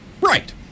Right